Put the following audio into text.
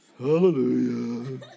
Hallelujah